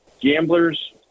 gamblers